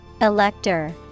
Elector